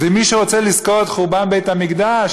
ומי שרוצה לזכור את חורבן בית-המקדש,